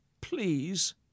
please